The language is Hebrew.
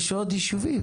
יש עוד יישובים